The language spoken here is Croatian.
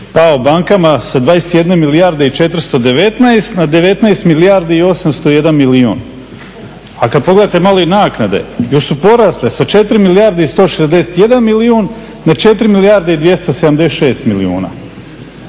pao bankama sa 21 milijarde i 419 na 19 milijardi i 801 milijun, a kada pogledate malo i naknade još su porasle sa 4 milijarde i 161 milijun na 4 milijarde i 276 milijuna.